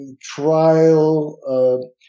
trial